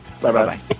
Bye-bye